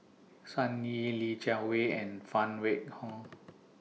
Sun Yee Li Jiawei and Phan Wait Hong